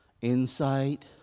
insight